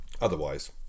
otherwise